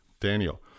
Daniel